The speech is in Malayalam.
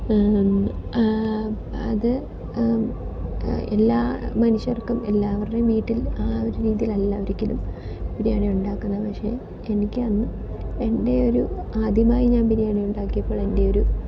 അത് എല്ലാ മനുഷ്യർക്കും എല്ലാവരുടെയും വീട്ടിൽ ആ ഒരു രീതിയിലല്ല ഒരിക്കലും ബിരിയാണിയുണ്ടാക്കുന്നത് പക്ഷേ എനിക്കന്ന് എൻ്റെയൊരു ആദ്യമായി ഞാൻ ബിരിയാണി ഉണ്ടാക്കിയപ്പോൾ എൻ്റെയൊരു